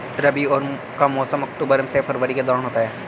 रबी का मौसम अक्टूबर से फरवरी के दौरान होता है